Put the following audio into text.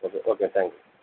okay okay thank you